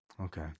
Okay